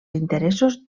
interessos